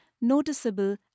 noticeable